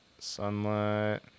Sunlight